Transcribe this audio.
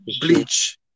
Bleach